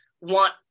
want